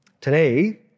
today